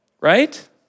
right